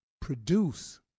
produce